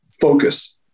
focused